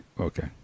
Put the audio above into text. Okay